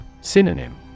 Synonym